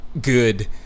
good